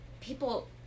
People